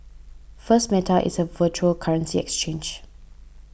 first Meta is a virtual currency exchange